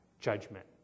judgment